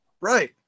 Right